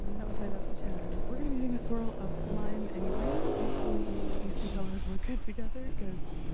that was my best attempt. we're gonna be doing a swirl of lime and green. hopefully, these two colors look good together cause.